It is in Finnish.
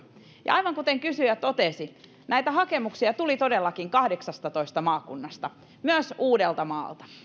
ja aivan kuten kysyjä totesi näitä hakemuksia tuli todellakin kahdeksastatoista maakunnasta myös uudeltamaalta